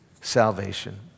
salvation